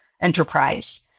enterprise